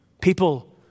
people